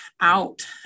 out